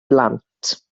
blant